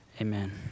Amen